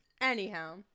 Anyhow